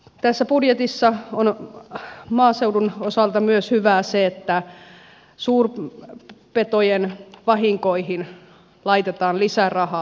tässä budjetissa on maaseudun osalta myös hyvää se että suurpetojen vahinkoihin laitetaan lisärahaa